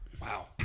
Wow